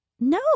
No